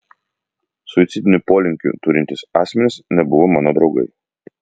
suicidinių polinkių turintys asmenys nebuvo mano draugai